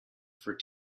for